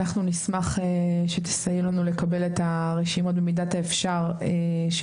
נשמח שתסייע לנו במידת האפשר לקבל את